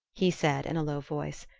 he said in a low voice,